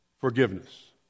forgiveness